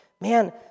Man